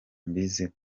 mbiziho